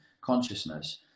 consciousness